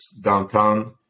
downtown